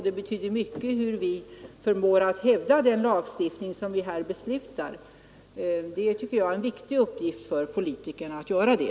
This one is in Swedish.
Det betyder också mycket hur vi förmår hävda den lagstiftning som vi beslutar. Det är viktigt att politikerna kan göra det.